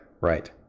right